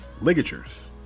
ligatures